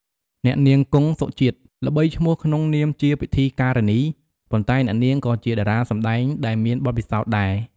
អ្នកនាង គង់ សុជាតិ ល្បីឈ្មោះក្នុងនាមជាពិធីការិនី ប៉ុន្តែអ្នកនាងក៏ជាតារាសម្តែងដែលមានបទពិសោធន៍ដែរ។